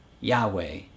Yahweh